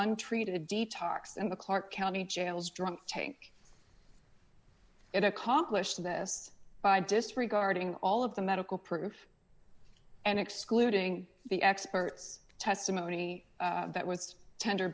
untreated detox and the clark county jails drunk tank it accomplished this by disregarding all of the medical proof and excluding the experts testimony that was tender